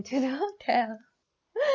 to the hotel